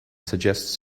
suggests